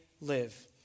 live